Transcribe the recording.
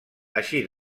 així